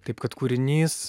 taip kad kūrinys